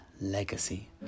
legacy